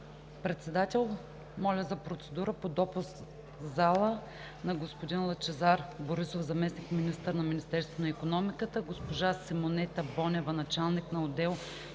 Председател, моля за процедура по допуск в залата на господин Лъчезар Борисов – заместник-министър на Министерството на икономиката, госпожа Симонета Бонева – началник на отдел